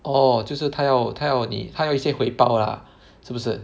orh 就是他要他要你他要一些回报 lah 是不是